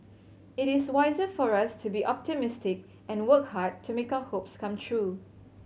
it is wiser for us to be optimistic and work hard to make our hopes come true